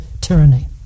tyranny